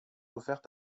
offertes